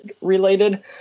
related